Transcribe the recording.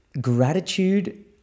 Gratitude